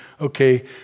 Okay